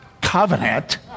covenant